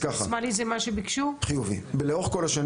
מה אורך התור?